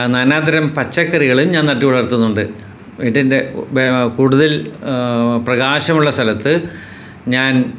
നാനാതരം പച്ചക്കറികൾ ഞാൻ നട്ട് വളർത്തുന്നുണ്ട് വീട്ടിൻ്റെ ബ കൂടുതൽ പ്രകാശമുള്ള സ്ഥലത്ത് ഞാൻ